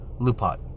Lupot